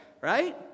right